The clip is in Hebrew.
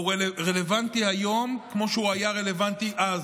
והוא רלוונטי היום כמו שהוא היה רלוונטי אז.